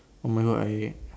oh my god I